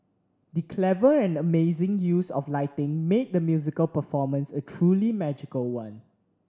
the clever and amazing use of lighting made the musical performance a truly magical one